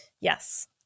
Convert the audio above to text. Yes